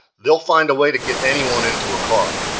they'll find a way to get anyone into a car